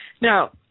Now